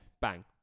bang